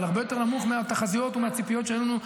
אבל הרבה יותר נמוך מהתחזיות והציפיות שהיו לנו.